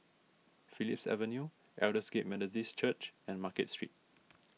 Phillips Avenue Aldersgate Methodist Church and Market Street